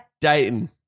Dayton